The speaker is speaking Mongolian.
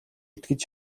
итгэж